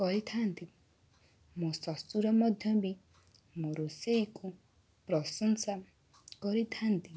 କରିଥାନ୍ତି ମୋ ଶ୍ଵଶୁର ମଧ୍ୟ ବି ମୋ ରୋଷେଇକୁ ପ୍ରଂଶସା କରିଥାନ୍ତି